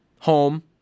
Home